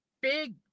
big